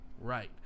Right